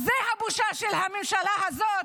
אז זו הבושה של הממשלה הזאת,